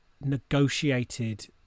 negotiated